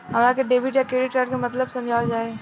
हमरा के डेबिट या क्रेडिट कार्ड के मतलब समझावल जाय?